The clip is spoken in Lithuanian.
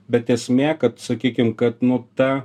bet esmė kad sakykim kad nu ta